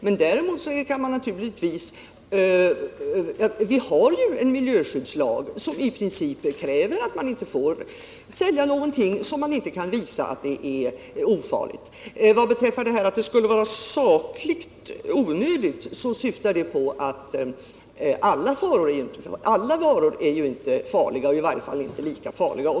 Men vi har ju en miljöskyddslag, som i princip säger att man inte får sälja någonting som man inte kan visa är ofarligt. Uttrycket sakligt onödigt syftar på att alla varor ju inte är farliga eller i varje fall inte lika farliga.